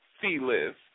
C-list